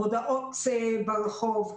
מודעות ברחוב,